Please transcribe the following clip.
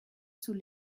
sous